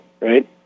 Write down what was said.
right